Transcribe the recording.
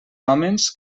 hòmens